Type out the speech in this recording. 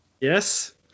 Yes